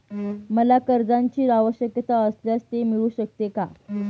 मला कर्जांची आवश्यकता असल्यास ते मिळू शकते का?